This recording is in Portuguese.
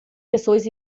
pessoas